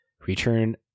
return